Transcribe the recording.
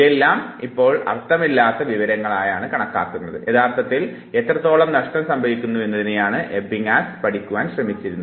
ഇവയെയെല്ലാം ഇപ്പോൾ അർത്ഥമില്ലാത്ത വിവരങ്ങളായാണ് കണക്കാക്കുന്നത് യഥാർത്ഥത്തിൽ എത്രത്തോളം നഷ്ടം സംഭവിക്കുന്നു എന്നതിനെയാണ് എബിങ്ങസ് പഠിക്കുവാനായി ശ്രമിച്ചിരുന്നത്